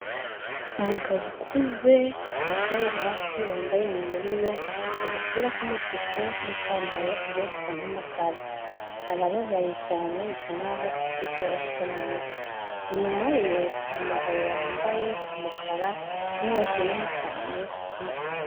Umugabo ukuze wicaye hasi wambaye iminyururu, agapira k'umutuku n'ipantaro Ijya gusa nk’umukara, arababaye cyane bisa nk’aho afite ikibazo cyo mu mutwe, inyuma ye hari umugabo wambaye umukara n'inkweto nini cyane z’umukara.